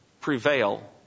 prevail